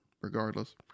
regardless